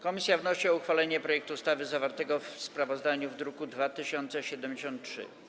Komisja wnosi o uchwalenie projektu ustawy zawartego w sprawozdaniu w druku nr 2073.